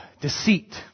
Deceit